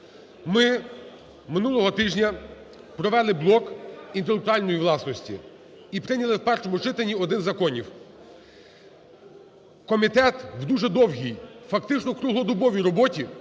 Ми минулого тижня провели блок інтелектуальної власності і прийняли в першому читанні один із законів. Комітет в дуже довгій, фактично в круглодобовій роботі,